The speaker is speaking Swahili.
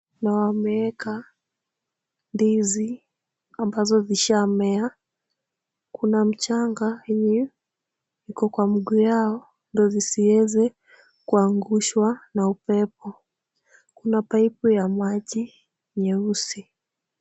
Na wameweka ndizi ambazo zishamea. Kuna mchanga yenye iko kwa mguu yao ndio zisiweze kuangushwa na upepo. Kuna paipu ya maji nyeusi.